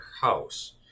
house